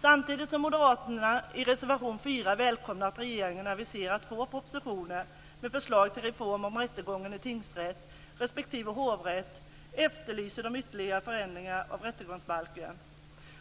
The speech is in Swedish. Samtidigt som moderaterna i reservation 4 välkomnar att regeringen aviserat två propositioner med förslag till reformer av rättegången i tingsrätt respektive hovrätt efterlyser de ytterligare förändringar av rättegångsbalken.